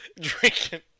drinking